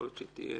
יכול להיות שהיא